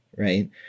Right